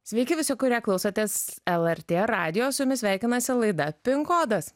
sveiki visi kurie klausotės lrt radijo su jumis sveikinasi laida pin kodas